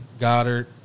Goddard